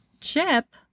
Chip